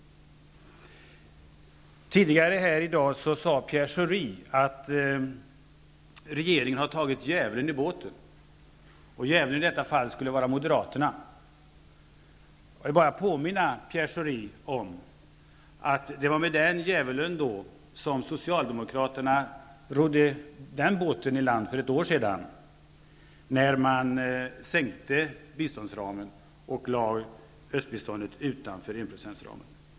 Tidigare i dag sade Pierre Schori att regeringen har tagit djävulen i båten, och djävulen skulle i detta fall vara Moderaterna. Jag vill bara påminna Pierre Schori om att det var med den ''djävulen'' som Socialdemokraterna rodde den båten i land för ett år sedan, när biståndsramen sänktes och östbiståndet lades utanför enprocentsramen.